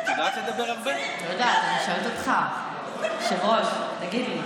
עברי ולועזי, י' באייר, 1 במאי.